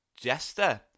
Jester